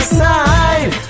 side